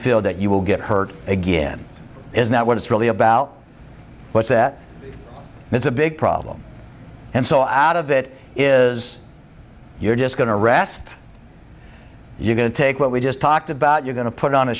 feel that you will get hurt again is not what it's really about what's that it's a big problem and so out of it is you're just going to rest you're going to take what we just talked about you're going to put on